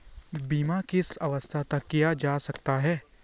बीमा किस अवस्था तक किया जा सकता है?